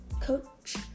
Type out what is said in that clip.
Coach